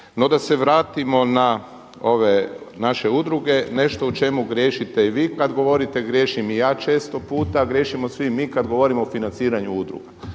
No da se vratimo na ove naše udruge, nešto u čemu griješite i vi kada govorite, griješim i ja često puta, griješimo svi mi kada govorimo o financiranju udruga.